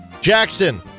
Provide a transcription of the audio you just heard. Jackson